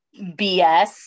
bs